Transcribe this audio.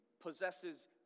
possesses